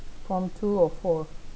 prompt two of four